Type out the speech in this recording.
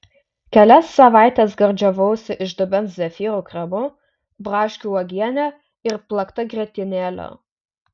kelias savaites gardžiavausi iš dubens zefyrų kremu braškių uogiene ir plakta grietinėle